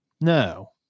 no